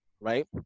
right